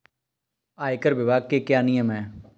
आयकर विभाग के क्या नियम हैं?